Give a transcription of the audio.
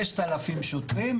5,000 שוטרים,